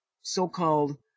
so-called